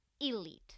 elite